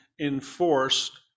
enforced